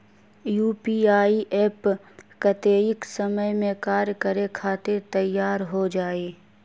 UPI app कतेइक समय मे कार्य करे खातीर तैयार हो जाई?